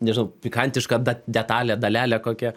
nežinau pikantiška da detalė dalelė kokia